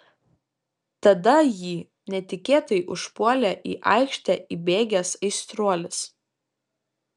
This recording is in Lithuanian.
tada jį netikėtai užpuolė į aikštę įbėgęs aistruolis